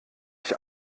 ich